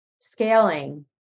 scaling